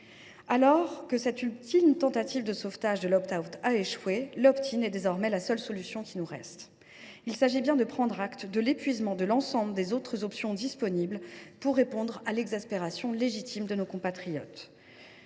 Alors que cette ultime tentative de sauvetage de l’ a échoué, l’ est désormais la seule solution qui nous reste. Nous devons prendre acte de l’épuisement de l’ensemble des autres options disponibles pour répondre à l’exaspération légitime de nos compatriotes.